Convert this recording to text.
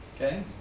Okay